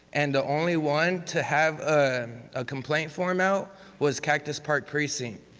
and the only one to have a um ah complaint form out was cactus park precinct.